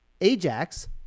ajax